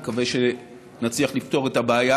אני מקווה שנצליח לפתור את הבעיה